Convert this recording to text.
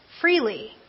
freely